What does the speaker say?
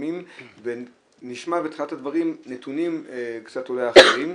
מתקדמים ונשמע בתחילת הדברים נתונים קצת אולי אחרים,